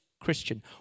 christian